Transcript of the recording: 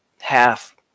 half